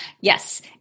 Yes